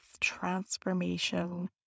transformation